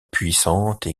puissante